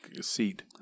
seat